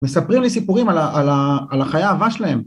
מספרים לי סיפורים על החיי האהבה שלהם.